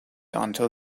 until